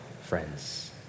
friends